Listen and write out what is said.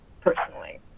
personally